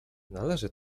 należy